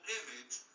image